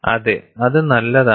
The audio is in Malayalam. അതെ അത് നല്ലതാണ്